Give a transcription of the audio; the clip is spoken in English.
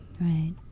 Right